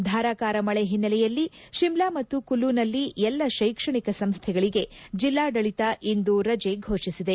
ಧಾರಾಕಾರ ಮಳೆ ಹಿನ್ನೆಲೆಯಲ್ಲಿ ಶಿಮ್ಲಾ ಮತ್ತು ಕುಲ್ಲುನಲ್ಲಿ ಎಲ್ಲ ಶೈಕ್ಷಣಿಕ ಸಂಸ್ಥೆಗಳಿಗೆ ಜಿಲ್ಲಾಡಳಿತ ಇಂದು ರಜೆ ಘೋಷಿಸಿದೆ